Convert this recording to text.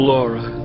Laura